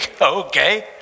okay